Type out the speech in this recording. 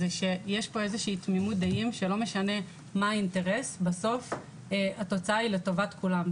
זה שיש פה תמימות דעים שלא משנה מה האינטרס בסוף התוצאה היא לטובת כולם.